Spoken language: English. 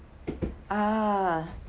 ah